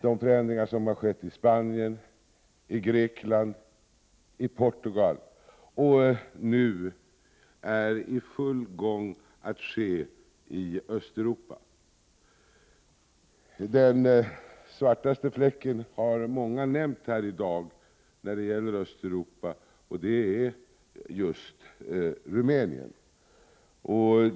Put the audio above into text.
De förändringar som skett i Spanien, i Grekland och i Portugal och som nu är på full gång att ske i Östeuropa är stora framgångar. Den svartaste fläcken när det gäller Östeuropa har många nämnt i dagens debatt. Det är just Rumänien.